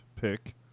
pick